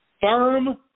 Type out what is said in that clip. firm